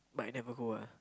but I never go ah